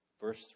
Verse